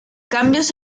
cambios